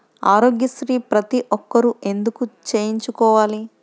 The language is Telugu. ఆరోగ్యశ్రీ ప్రతి ఒక్కరూ ఎందుకు చేయించుకోవాలి?